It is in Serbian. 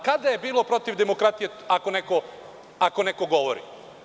Kada je bilo protiv demokratije ako neko govori?